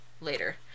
later